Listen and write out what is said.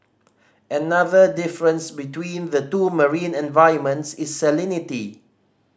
another difference between the two marine environments is salinity